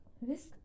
Risk